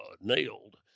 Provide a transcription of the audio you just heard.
nailed